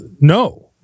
no